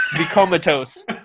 comatose